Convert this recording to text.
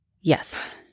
Yes